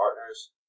partners